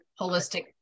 holistic